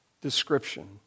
description